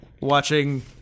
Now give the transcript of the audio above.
watching